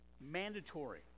mandatory